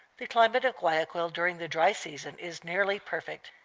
the climate of guayaquil during the dry season is nearly perfect.